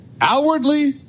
outwardly